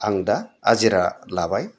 आं दा आजिरा लाबाय